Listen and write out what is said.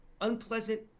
unpleasant